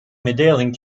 medaling